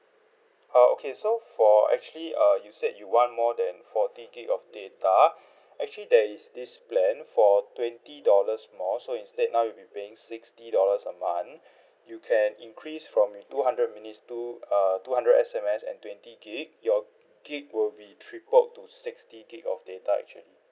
ah okay so for actually uh you said you want more than forty gigabyte of data actually there is this plan for twenty dollars more so instead now you'll be paying sixty dollars a month you can increase from two hundred minutes two err two hundred S_M_S and twenty gigabyte your gigabyte will be tripled to sixty gigabyte of data actually